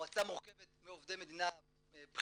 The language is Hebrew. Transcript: המועצה מורכבת מעובדי מדינה בכירים,